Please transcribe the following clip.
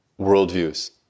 worldviews